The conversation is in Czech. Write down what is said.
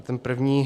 Ten první...